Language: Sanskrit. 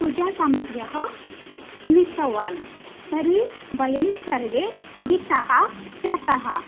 पूजासामग्र्याः नीतवान् तर्हि वयं सर्वे भीतः जातः